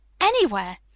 anywhere